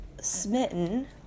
smitten